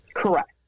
correct